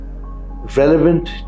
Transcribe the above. relevant